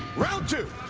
round two.